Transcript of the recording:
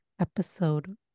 episode